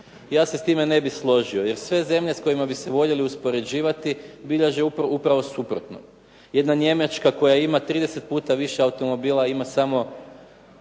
Ja se s time ne bih složio jer sve zemlje s kojima bi se voljeli uspoređivati bilježe upravo suprotno. Jedna Njemačka koja ima 30 puta više automobila ima samo